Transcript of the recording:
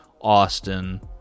Austin